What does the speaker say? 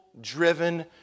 driven